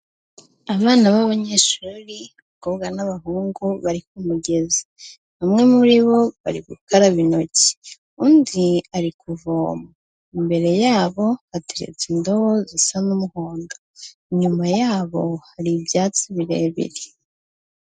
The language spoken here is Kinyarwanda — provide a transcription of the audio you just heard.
Abana b'abanyeshuri, abakobwa n'abahungu bari ku mugezi bamwe muri bo bari gukaraba intoki undi ari kuvoma imbere yabo hateretse indobo zisa n'umuhondo, inyuma yabo hari ibyatsi birebire.